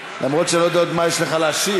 למרות שאני לא יודע מה עוד יש לך להשיב,